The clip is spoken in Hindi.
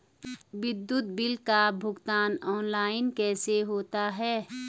विद्युत बिल का भुगतान ऑनलाइन कैसे होता है?